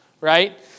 Right